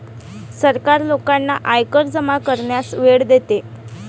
सरकार लोकांना आयकर जमा करण्यास वेळ देते